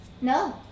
No